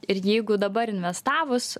ir jeigu dabar investavus